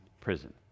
Prison